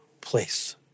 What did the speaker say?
place